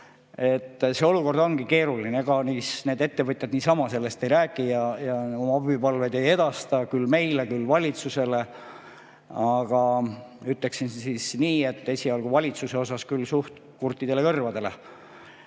see olukord ongi keeruline. Ega need ettevõtjad niisama sellest ei räägi ja oma abipalved ei edasta, küll meile, küll valitsusele. Aga ütleksin nii, et esialgu lähevad need valitsuses küll suht kurtidele kõrvadele.